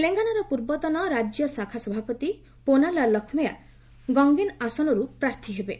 ତେଲଙ୍ଗାନାର ପୂର୍ବତନ ରାଜ୍ୟ ଶାଖା ସଭାପତି ପୋନ୍ନାଲା ଲକ୍ଷ୍କେୟା ଗଙ୍ଗେନ ଆସନରୁ ପ୍ରାର୍ଥୀ ହେବେ